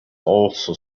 also